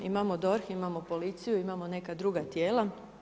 Imamo DORH, imamo policiju, imamo neka druga tijela.